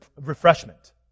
refreshment